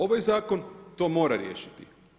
Ovaj zakon to mora riješiti.